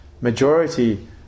Majority